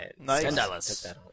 Nice